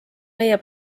meie